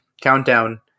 countdown